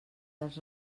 dels